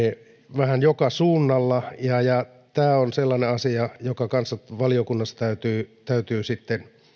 vähän joka suunnalla tämä on sellainen asia jonka kanssa valiokunnassa täytyy täytyy sitten